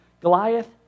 Goliath